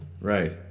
right